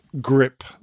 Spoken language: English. grip